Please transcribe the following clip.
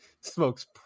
smokes